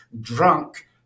drunk